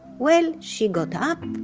well, she got up,